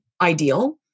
ideal